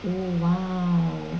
oh !wow!